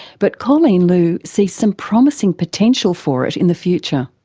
but colleen loo sees some promising potential for it in the future.